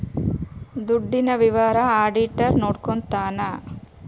ದುಡ್ಡಿನ ವಿಷಯ ಆಡಿಟರ್ ನೋಡ್ಕೊತನ